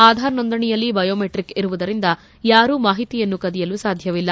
ಆಧಾರ್ ನೋಂದಣಿಯಲ್ಲಿ ಬಯೋಮೆಟ್ರಿಕ್ ಇರುವುದರಿಂದ ಯಾರೂ ಮಾಹಿತಿಯನ್ನು ಕದಿಯಲು ಸಾಧ್ಯವಿಲ್ಲ